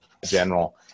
general